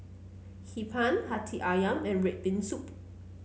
Hee Pan hati ayam and red bean soup